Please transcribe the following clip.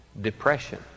depression